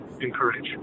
encourage